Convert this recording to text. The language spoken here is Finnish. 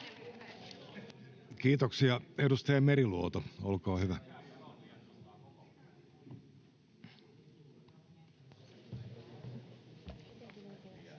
Kiitoksia. — Edustaja Meriluoto, olkaa hyvä.